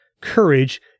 courage